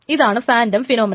ഇതാണ് phantom phenomenon